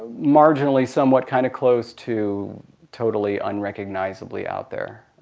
marginally, somewhat, kind of close, to totally, unrecognizably, out there.